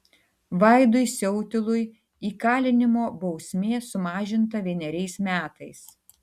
vaidui siautilui įkalinimo bausmė sumažinta vieneriais metais